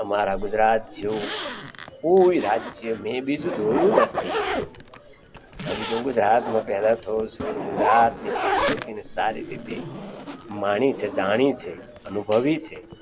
તમારા ગુજરાત જેવું કોઈ રાજ્ય મેં બીજું જોયું નથી કારણ કે હું પેદા ગુજરાતમાં થયો છું અને ગુજરાતની સંસ્કૃતિને સારી રીતે માણી છે જાણી છે અનુભવી છે